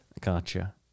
gotcha